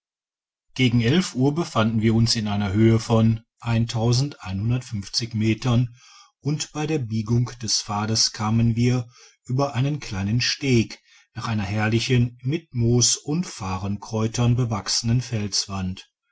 gegen elf uhr befanden wir uns in einer höhe von metern und bei der biegung des pfades kamen wir über einen kleinen steg nach einer herrlichen mit moos und farrenkräutern bewachsenen felswand